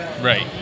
Right